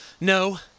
No